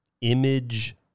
image